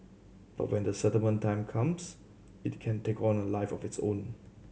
but when the settlement time comes it can take on a life of its own